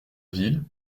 ville